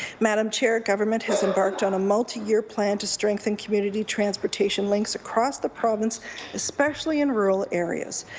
madam chair, government has embarked on a multi-year plan to strengthen community transportation links across the province especially in rural areas.